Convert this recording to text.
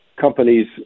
companies